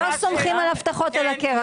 לא סומכים על הבטחות על הקרח.